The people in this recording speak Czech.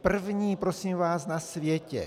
První, prosím vás, na světě!